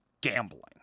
gambling